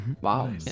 Wow